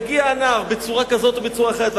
יגיע הנער בצורה כזאת או בצורה אחרת.